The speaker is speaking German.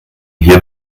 hier